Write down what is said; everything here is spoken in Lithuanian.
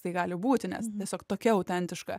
tai gali būti nes tiesiog tokia autentiška